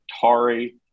Tari